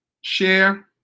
share